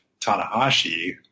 Tanahashi